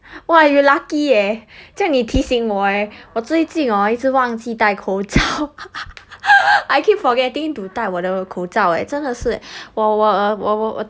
!wah! you lucky eh 这样你提醒我 eh 我最近 orh 一直忘记带口罩 I keep forgetting to 戴我的口罩 eh 真的是我我我我我